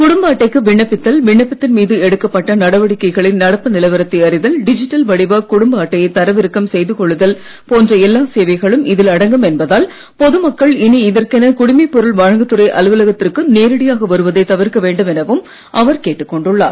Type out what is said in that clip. குடும்ப அட்டைக்கு விண்ணப்பித்தல் விண்ணப்பத்தின் மீது எடுக்கப்பட்ட நடவடிக்கைகளின் நடப்பு நிலவரத்தை அறிதல் டிஜிட்டல் வடிவ குடும்ப அட்டையை தரவிறக்கம் செய்து கொள்ளுதல் போன்ற எல்லா சேவைகளும் இதில் அடங்கும் என்பதால் பொதுமக்கள் இனி இதற்கென குடிமைபொருள் வழங்கு துறை அலுவலகத்திற்கு நேரடியாக வருவதைத் தவிர்க்க வேண்டும் எனவும் அவர் கேட்டுக் கொண்டுள்ளார்